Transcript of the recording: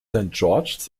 george’s